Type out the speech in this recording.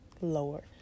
lower